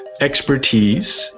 expertise